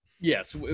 Yes